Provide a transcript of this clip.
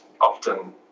often